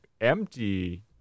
empty